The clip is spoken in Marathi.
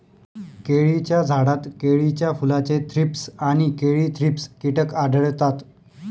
केळीच्या झाडात केळीच्या फुलाचे थ्रीप्स आणि केळी थ्रिप्स कीटक आढळतात